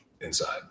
inside